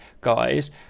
guys